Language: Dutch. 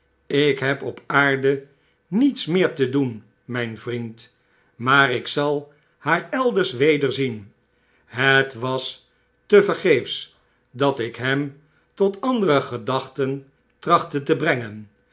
ik heb op aarde niets meer te doen mijn vriend maar ik zal haar elders wederzien het was tevergeefs dat ik hem tot andere gedachten trachtte te bredgen